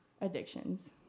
addictions